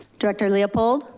director leopold.